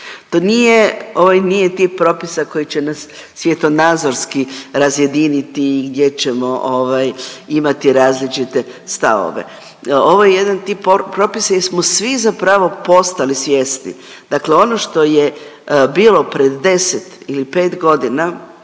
ovo nije tip propisa koji će nas svjetonazorski razjediniti i gdje ćemo ovaj imati različite stavove, ovo je jedan tip propisa gdje smo svi zapravo postali svjesni. Dakle ono što je bilo pred 10. ili 5.g.,